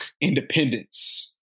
independence